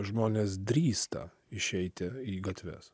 žmonės drįsta išeiti į gatves